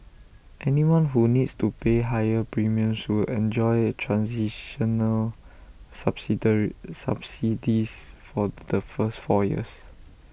anyone who needs to pay higher premiums will enjoy transitional subsidies for the first four years